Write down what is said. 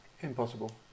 Impossible